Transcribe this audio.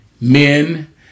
men